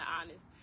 honest